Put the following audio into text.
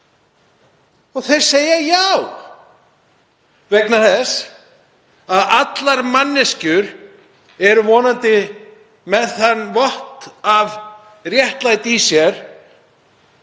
Þeir segja já vegna þess að allar manneskjur eru vonandi með þann vott af réttlætiskennd